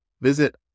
Visit